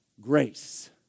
grace